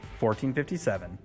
1457